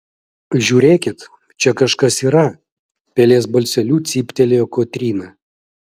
žiūrėkit čia kažkas yra pelės balseliu cyptelėjo kotryna